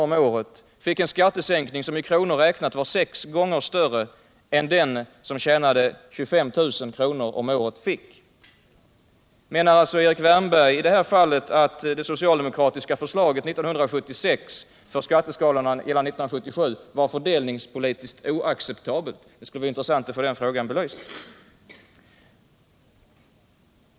om året fick en skattesänkning som i kronor räknat var sex gånger större än den som tjänade 25 000 kr. om året fick. Menar alltså Erik Wärnberg att det socialdemokratiska förslaget 1976 för skatteskalorna 1977 var fördelningspolitiskt oacceptabelt? Det skulle vara intressant att få den frågan belyst.